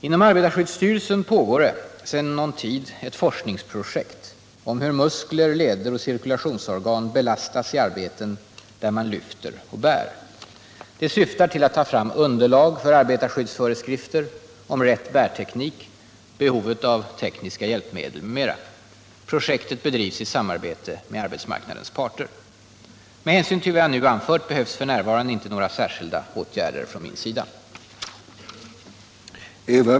Inom arbetarskyddsstyrelsen pågår sedan någon tid ett forskningsprojekt om hur muskler, leder och cirkulationsorgan belastas i arbeten där man lyfter och bär. Det syftar till att ta fram underlag för arbetarskyddsföreskrifter om rätt bärteknik, behovet av tekniska hjälpmedel m.m. Projektet bedrivs i samarbete med arbetsmarknadens parter. Med hänsyn till vad jag nu anfört behövs f.n. inte några särskilda åtgärder från min sida.